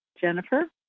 Jennifer